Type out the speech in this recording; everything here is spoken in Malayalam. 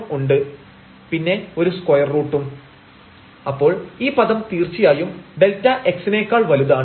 lim┬Δρ→0⁡〖Δz dzΔρ〗lim┬Δρ→0 ϵ1 ΔxΔρlim┬Δρ→0 ϵ2 ΔyΔρ0 അപ്പോൾ ഈ പദം തീർച്ചയായും Δx നേക്കാൾ വലുതാണ്